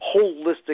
holistic